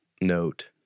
note